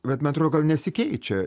vat metro gal nesikeičia